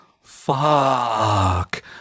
Fuck